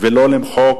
ולא למחוק